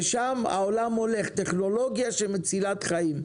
לשם העולם הולך, לטכנולוגיה מצילת חיים.